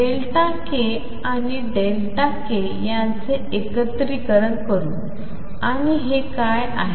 t Δk आणि Δkयांचे एकत्रीकरण करू आणि हे काय आहे